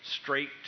Straight